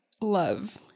love